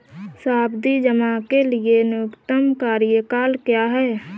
सावधि जमा के लिए न्यूनतम कार्यकाल क्या है?